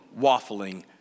waffling